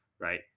right